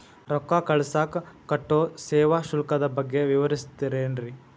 ರೊಕ್ಕ ಕಳಸಾಕ್ ಕಟ್ಟೋ ಸೇವಾ ಶುಲ್ಕದ ಬಗ್ಗೆ ವಿವರಿಸ್ತಿರೇನ್ರಿ?